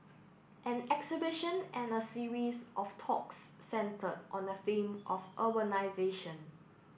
an exhibition and a series of talks centred on a theme of urbanisation